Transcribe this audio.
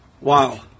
Wow